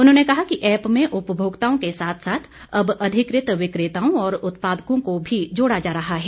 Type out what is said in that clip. उन्होंने कहा कि ऐप में उपभोक्ताओं के साथ साथ अब अधिकृत विक्रेताओं और उत्पादकों को भी जोड़ा जा रहा है